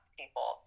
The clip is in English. people